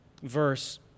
verse